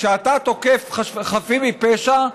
כשאתה תוקף חפים מפשע,